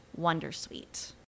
wondersuite